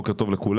בוקר טוב לכולם.